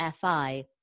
FI